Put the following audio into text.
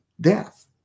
death